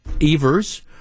Evers